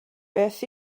beth